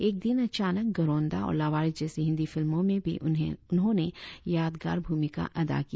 एक दिन अचानक घरोंदा और लावारिस जैसी हिंदी फिल्मों में भी उन्होंने यादगार भूमिका अदा की